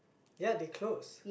ya they closed